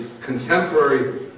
contemporary